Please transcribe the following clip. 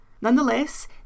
Nonetheless